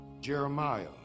Jeremiah